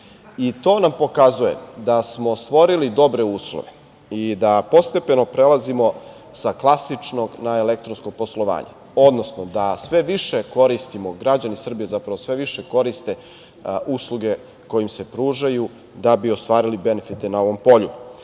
nam pokazuje da smo stvorili dobre uslove i da postepeno prelazimo sa klasičnog na elektronsko poslovanje, odnosno da sve više koristimo, građani Srbije zapravo sve više koriste usluge koje im se pružaju da bi ostvarili benefite na ovom polju. Mi